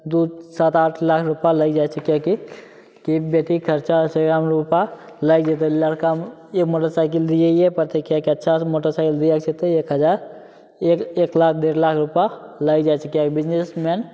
दू सात आठ लाख रूपा लागि जाइ छै किएकि कि बेटीके खरचा छै रूपा लाइगि जेतै लड़कामे मोटरसाइकिल दियैये पड़तै किएकि एक हजार एक लाख डेढ़ लाख रूपा लागि जाइ छै किएकि बिजनेसमैन